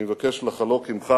אני מבקש לחלוק עמך